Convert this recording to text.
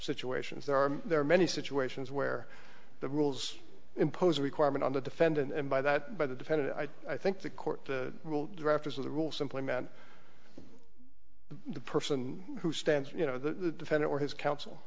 situations there are there are many situations where the rules impose a requirement on the defendant and by that by the defendant i think the court rule drafters of the rule simply meant the person who stands you know the defendant or his counsel